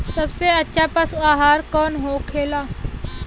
सबसे अच्छा पशु आहार कौन होखेला?